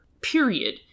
period